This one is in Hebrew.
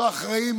לא אחראים.